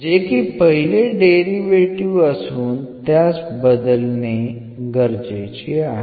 जे की पहिले डेरिव्हेटीव्ह असून त्यास बदलणे गरजेचे आहे